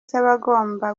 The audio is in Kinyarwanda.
cy’abagomba